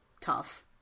tough